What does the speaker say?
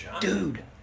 Dude